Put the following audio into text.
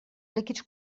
líquids